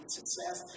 success